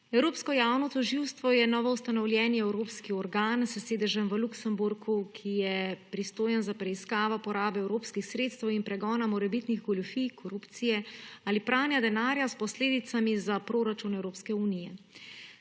Evropsko javno tožilstvo je novoustanovljeni evropski organ s sedežem v Luksemburgu, ki je pristojen za preiskavo porabe evropskih sredstev in pregona morebitnih goljufij, korupcije ali pranja denarja s posledicami za proračun Evropske unije.